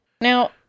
Now